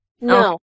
No